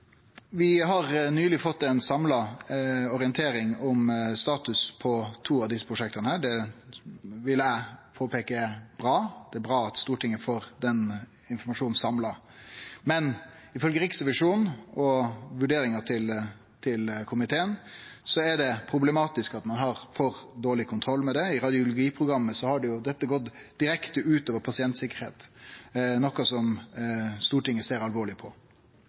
Vi har nyleg fått ei samla orientering om statusen for to av desse prosjekta. Det vil eg påpeike er bra; det er bra at Stortinget får den informasjonen samla. Men ifølgje Riksrevisjonen og vurderinga til komiteen er det problematisk at ein har for dårleg kontroll med det. I radiologiprogrammet har dette gått direkte ut over pasientsikkerheita, noko Stortinget ser alvorleg på.